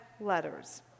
letters